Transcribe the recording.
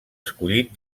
escollit